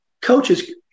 coaches